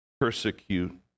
persecute